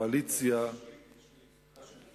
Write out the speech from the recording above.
קואליציה, סליחה,